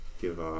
Give